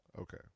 okay